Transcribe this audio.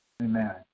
Amen